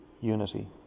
unity